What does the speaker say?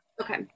Okay